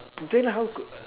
then how could